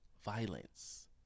Violence